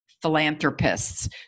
philanthropists